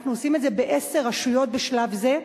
אנחנו עושים את זה בעשר רשויות בשלב זה.